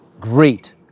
great